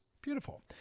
Beautiful